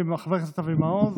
בבקשה, חבר הכנסת אבי מעוז.